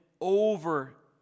over